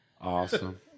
Awesome